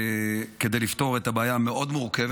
כדי לפתור את הבעיה המאוד-מורכבת.